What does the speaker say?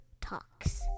Talks